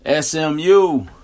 SMU